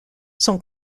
son